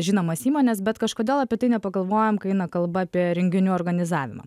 žinomas įmones bet kažkodėl apie tai nepagalvojam kai eina kalba apie renginių organizavimą